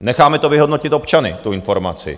Necháme to vyhodnotit občany, tu informaci.